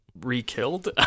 re-killed